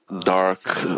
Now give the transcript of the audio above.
dark